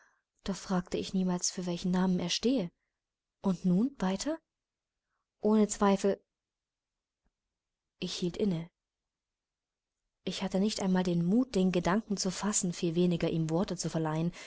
doch fragte ich niemals für welchen namen er stehe und nun weiter ohne zweifel ich hielt inne ich hatte nicht einmal den mut den gedanken zu fassen viel weniger ihm worte zu verleihen